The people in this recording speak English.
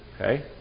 Okay